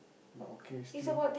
but okay still